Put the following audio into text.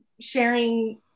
sharing